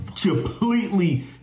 completely